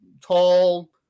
tall